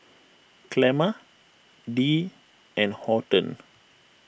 Clemma Dee and Horton